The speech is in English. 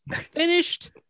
Finished